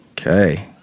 Okay